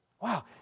Wow